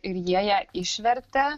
ir jie ją išvertė